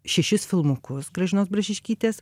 šešis filmukus gražinos brašiškytės